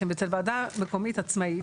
אצל וועדה מקומית עצמאית,